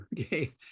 Okay